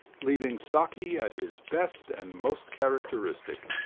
leaving saki at his best and most characteristic,